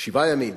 שבעה ימים,